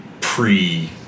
pre